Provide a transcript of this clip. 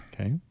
Okay